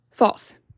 False